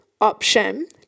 option